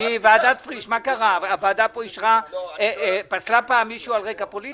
ועדת פריש, הוועדה פסלה מישהו על רקע פוליטי?